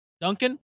Duncan